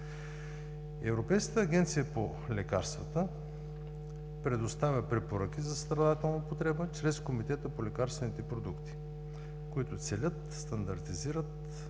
Европейската агенция по лекарствата предоставя препоръки за състрадателна употреба чрез Комитета по лекарствените продукти, които целят, стандартизират